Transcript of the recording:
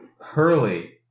Hurley